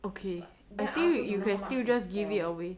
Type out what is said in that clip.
okay I think you can still just give it away